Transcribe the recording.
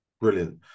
Brilliant